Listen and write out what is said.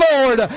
Lord